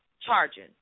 charging